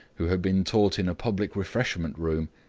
who had been taught in a public refreshment room.